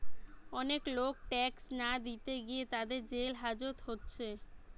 অনেক লোক ট্যাক্স না দিতে গিয়ে তাদের জেল হাজত হচ্ছে